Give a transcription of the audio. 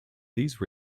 these